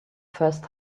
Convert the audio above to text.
first